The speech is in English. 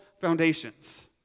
foundations